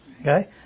Okay